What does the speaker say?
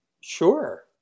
Sure